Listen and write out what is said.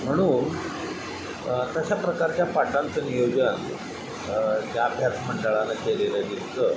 म्हणून तशा प्रकारच्या पाठांच नियोजन जा भ्यास मंडळांने केलेलं दिसतं